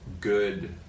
good